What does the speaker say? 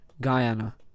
Guyana